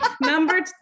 number